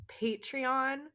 Patreon